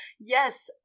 Yes